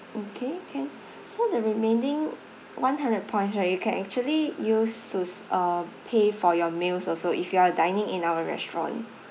okay can so the remaining one hundred points right you can actually use to uh pay for your meals also if you are dining in our restaurant